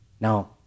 Now